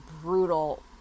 brutal